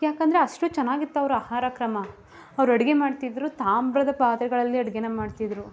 ಯಾಕಂದರೆ ಅಷ್ಟು ಚೆನ್ನಾಗಿತ್ತು ಅವರ ಆಹಾರ ಕ್ರಮ ಅವ್ರು ಅಡಿಗೆ ಮಾಡ್ತಿದ್ರು ತಾಮ್ರದ ಪಾತ್ರೆಗಳಲ್ಲಿ ಅಡುಗೇನ ಮಾಡ್ತಿದ್ರು